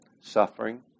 suffering